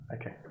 Okay